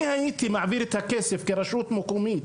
אני הייתי מעביר את הכסף כרשות מקומית,